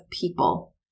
people